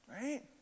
right